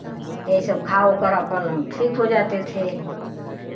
यही सब खा ओकर अपन ठीक हो जाते थे